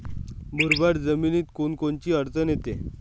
मुरमाड जमीनीत कोनकोनची अडचन येते?